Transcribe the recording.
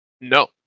No